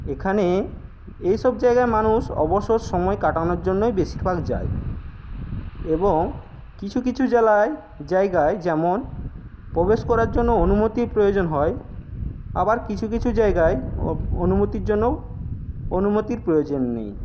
এখানে এসব জায়গায় মানুষ অবসর সময় কাটানোর জন্যই বেশিরভাগ যায় এবং কিছু কিছু জেলায় জায়গায় যেমন প্রবেশ করার জন্য অনুমতির প্রয়োজন হয় আবার কিছু কিছু জায়গায় অনুমতির জন্য অনুমতির প্রয়োজন নেই